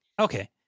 Okay